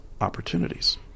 opportunities